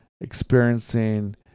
experiencing